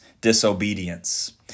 disobedience